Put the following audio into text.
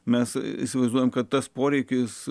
mes įsivaizduojame kad tas poreikis